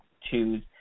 choose